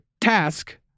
task